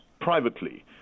privately